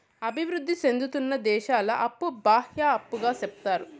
అభివృద్ధి సేందుతున్న దేశాల అప్పు బాహ్య అప్పుగా సెప్తారు